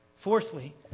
Fourthly